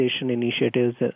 initiatives